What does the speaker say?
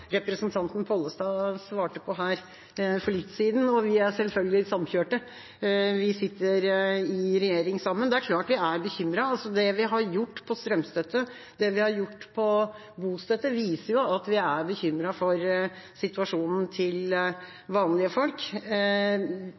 representanten Pollestad svarte på her for litt siden. Vi er selvfølgelig samkjørte, våre partier sitter i regjering sammen. Det er klart vi er bekymret. Det vi har gjort når det gjelder strømstøtte, det vi har gjort når det gjelder bostøtte, viser jo at vi er bekymret for situasjonen til vanlige folk.